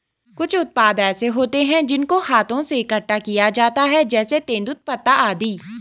कुछ उत्पाद ऐसे होते हैं जिनको हाथों से इकट्ठा किया जाता है जैसे तेंदूपत्ता आदि